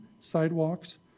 sidewalks